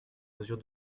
mesure